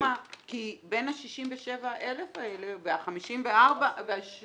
כי בין ה- 67 אלף האלה וה-53 אלף